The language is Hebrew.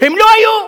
הם לא היו.